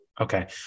Okay